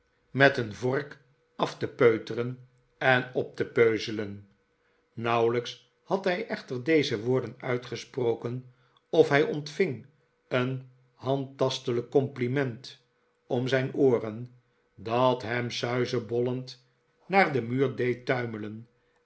met een vork af te peuteren en op te peuzelen nauwelijks had hij echter deze wporden uitgesproken of hij ontving een handtastelijk compliment om zijn ooren dat hem suizebollend naar den muur deed tuimelen